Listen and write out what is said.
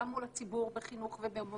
גם מול הציבור בחינוך ובמודעות,